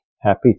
happy